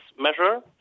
measure